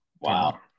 Wow